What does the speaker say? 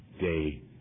day